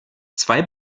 zwei